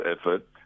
effort